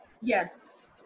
Yes